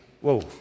Whoa